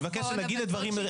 אני מבקש להגיד את הדברים.